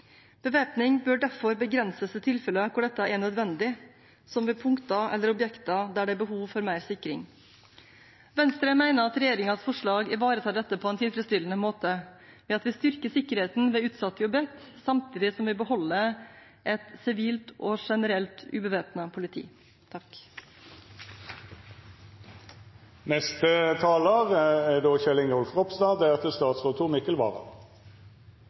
Bevæpning bør derfor begrenses til tilfeller hvor det er nødvendig, som ved punkter eller objekter der det er behov for mer sikring. Venstre mener at regjeringens forslag ivaretar dette på en tilfredsstillende måte, ved at vi styrker sikkerheten ved utsatte objekt samtidig som vi beholder et sivilt og generelt ubevæpnet politi. Bevæpning av politiet er